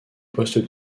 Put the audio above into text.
poste